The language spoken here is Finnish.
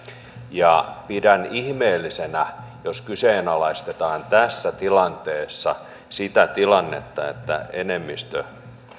ja pidän ihmeellisenä jos kyseenalaistetaan tässä tilanteessa sitä tilannetta että enemmistö